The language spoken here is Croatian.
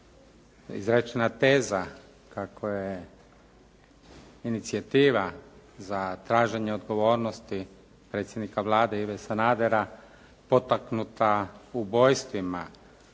izrečena teza kako je inicijativa za traženje odgovornosti predsjednika Vlade Ive Sanadera potaknuta ubojstvima